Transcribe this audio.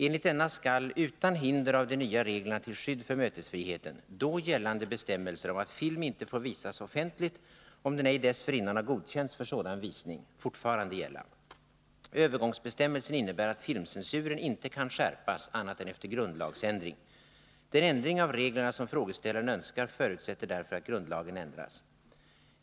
Enligt denna skall, utan hinder av de nya reglerna till skydd för mötesfriheten, då gällande bestämmelser om att film inte får visas offentligt om den ej dessförinnan har godkänts för sådan visning fortfarande gälla. Övergångsbestämmelsen innebär att filmcensuren inte kan skärpas annat än efter grundlagsändring. Den ändring av reglerna som frågeställaren önskar förutsätter därför att grundlagen ändras.